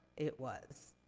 it was.